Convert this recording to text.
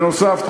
בנוסף,